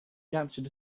capture